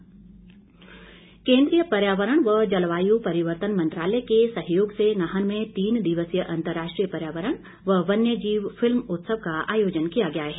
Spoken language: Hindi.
बिंदल केन्द्रीय पर्यावरण व जलवाय् परिवर्तन मंत्रालय के सहयोग से नाहन में तीन दिवसीय अंतर्राष्ट्रीय पर्यावरण व वन्य जीव फिल्म उत्सव का आयोजन किया गया है